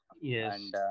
Yes